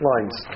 Lines